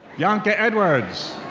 bianca edwards.